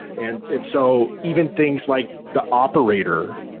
and and so even things like the operator.